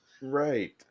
Right